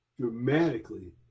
dramatically